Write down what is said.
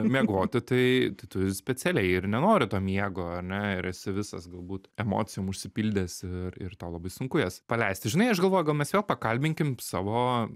miegoti tai tai tu specialiai ir nenori to miego ane ir esi visas galbūt emocijom užsipildęs ir ir tau labai sunku jas paleisti žinai aš galvoju gal mes vėl prakalbinkim savo